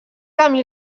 camí